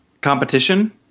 competition